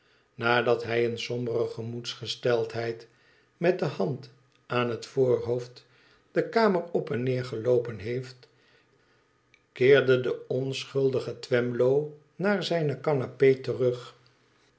nadat hij in sombere gemoedsgesteldheid met de hand aan het voorhoofd de kamer op en neer geloopen heeft keerde de onschuldige twemlow naar zijne canapé terug